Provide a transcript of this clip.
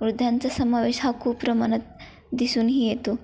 वृद्धांचा समावेश हा खूप प्रमाणात दिसूनही येतो